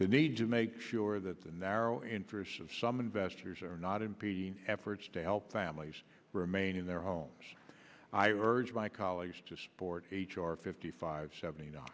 they need to make sure that the narrow interests of some investors are not impeding efforts to help families remain in their homes i urge my colleagues to support h r fifty five seventy